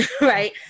Right